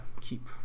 Keep